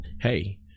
hey